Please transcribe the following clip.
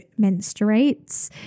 menstruates